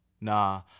Nah